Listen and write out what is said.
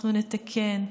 אנחנו נתקן ונשוב.